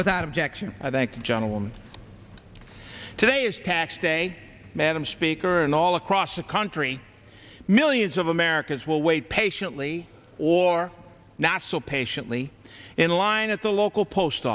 without objection thank you gentlemen today is tax day madam speaker and all across the country millions of americans will wait patiently or not so patiently in line at the local post